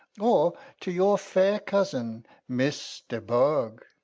or to your fair cousin miss de bourg?